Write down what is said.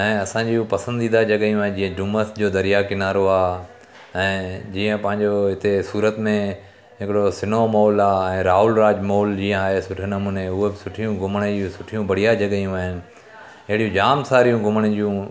ऐं असांजियूं पसंदीदा जॻहियूं जीअं डूमस जो दरिया किनारो आहे ऐं जीअं पंहिंजो हिते सूरत में हिकिड़ो स्नो मॉल आहे ऐं राहुल राज मॉल जीअं आहे सुठे नमूने उहो बि सुठियूं घुमण जूं सुठियूं बढ़िया जॻहियूं आहिनि अहिड़ियूं जाम सारियूं घुमण जूं